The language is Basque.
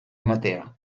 ematea